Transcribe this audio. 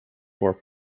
were